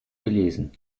gelesen